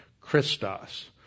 Christos